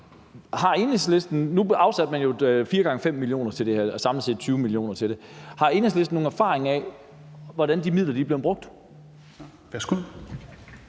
Har Enhedslisten nogen viden om, hvordan de midler er blevet brugt?